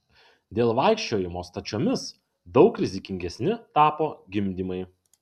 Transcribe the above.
dėl vaikščiojimo stačiomis daug rizikingesni tapo gimdymai